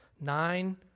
nine